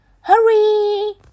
Hurry